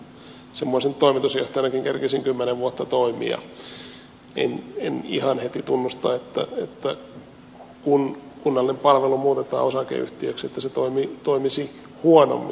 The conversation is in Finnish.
kun semmoisen toimitusjohtajanakin kerkisin kymmenen vuotta toimia niin en ihan heti tunnusta että kun kunnallinen palvelu muutetaan osakeyhtiöksi se toimisi huonommin